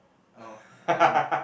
oh I don't know